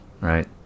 right